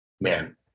man